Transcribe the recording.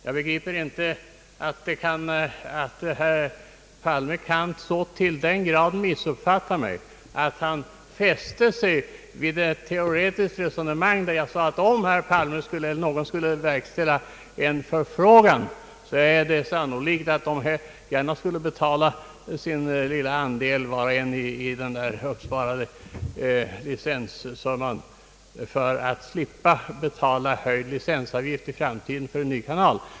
Jag begriper inte att herr Palme så till den grad kan missuppfatta mig att han fäste sig vid ett teoretiskt resonemang, i vilket jag sade att tittarna, om herr Palme eller någon annan skulle framställa en förfrågan, sannolikt skulle förklara att de gärna betalade sin lilla andel av den ihopsparade licenssumman för att slippa betala höjd licensavgift i framtiden för en ny kanal.